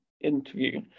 interview